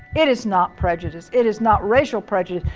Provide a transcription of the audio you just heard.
it is not prejudice, it is not racial prejudice,